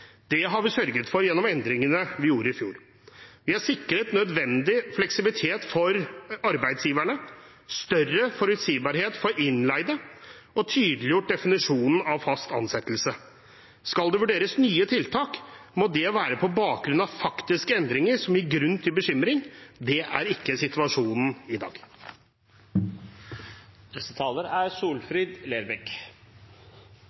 Det har vi sørget for gjennom endringene vi gjorde i fjor. Vi har sikret nødvendig fleksibilitet for arbeidsgiverne, større forutsigbarhet for innleide og tydeliggjort definisjonen av fast ansettelse. Skal det vurderes nye tiltak, må det være på bakgrunn av faktiske endringer som gir grunn til bekymring. Det er ikke situasjonen i dag. Igjen har me denne saka oppe til diskusjon, og igjen er